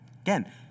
Again